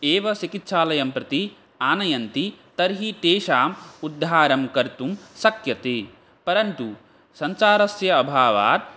एव चिकित्सालयं प्रति आनयन्ति तर्हि तेषाम् उद्धारं कर्तुं शक्यते परन्तु संसारस्य अभावात्